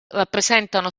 rappresentano